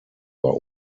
war